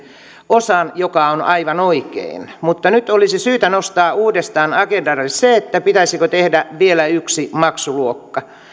osan mikä on aivan oikein mutta nyt olisi syytä nostaa uudestaan agendalle se pitäisikö tehdä vielä yksi maksuluokka